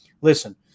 listen